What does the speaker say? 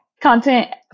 Content